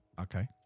Okay